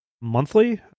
monthly